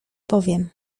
powiem